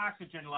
oxygen